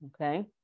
Okay